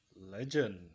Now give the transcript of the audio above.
legend